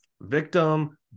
victim